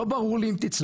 לא ברור לי אם תצליח